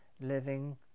living